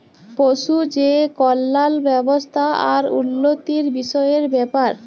পশু যে কল্যাল ব্যাবস্থা আর উল্লতির বিষয়ের ব্যাপার